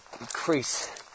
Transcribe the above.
increase